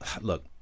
look